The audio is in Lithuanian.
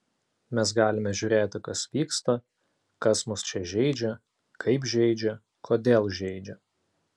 mes galime žiūrėti kas vyksta kas mus čia žeidžia kaip žeidžia kodėl žeidžia